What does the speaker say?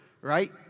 right